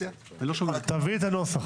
תעביר את הנוסח.